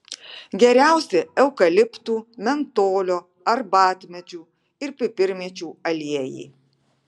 geriausi eukaliptų mentolio arbatmedžių ir pipirmėčių aliejai